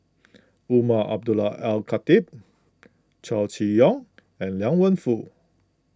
Umar Abdullah Al Khatib Chow Chee Yong and Liang Wenfu